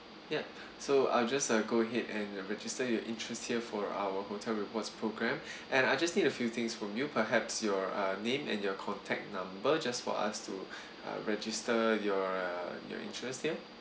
ya so I'll just uh go ahead and register your interest here for our hotel rewards programme and I just need a few things from you perhaps your uh name and your contact number just for us to uh register your your interest here